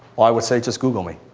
or i will say just google me.